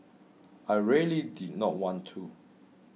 I really did not want to